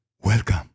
welcome